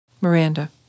Miranda